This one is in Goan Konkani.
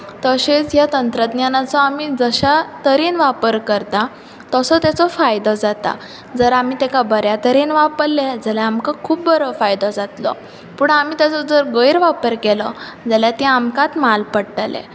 तशेंच ह्या तंत्रज्ञानाचो आमी जशा तरेन वापर करतां तसो तेचो फायदो जाता जर आमी ताका बऱ्यां तरेन वापरले जाल्यार आमकां खुब बरो फायदो जातलो पूण आमी तेचो जर गैर वापर केलो जाल्यार ते आमकांच माल पडटले